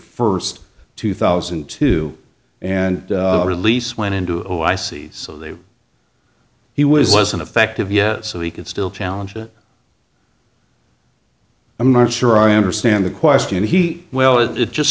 first two thousand and two and release went into i c s so they he was wasn't effective yet so he could still challenge it i'm not sure i understand the question he well it just